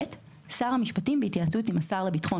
(ב)שר המשפטים בהתייעצות עם השר לביטחון